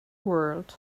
world